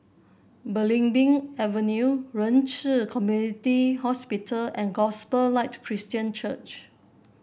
Belimbing Avenue Ren Ci Community Hospital and Gospel Light Christian Church